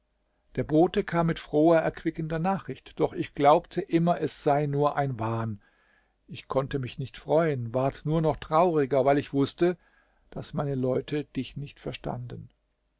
der bote kam mit froher erquickender nachricht doch ich glaubte immer es sei nur ein wahn ich konnte mich nicht freuen ward nur noch trauriger weil ich wußte daß meine leute dich nicht verstanden